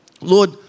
Lord